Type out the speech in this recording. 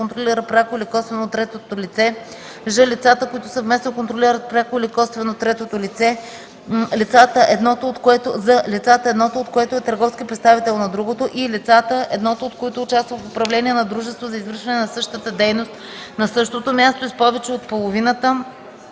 пряко или косвено от трето лице; ж) лицата, които съвместно контролират пряко или косвено трето лице; з) лицата, едното от които е търговски представител на другото; и) лицата, едното от които участва в управление на дружество за извършване на същата дейност на същото място и с повече от половината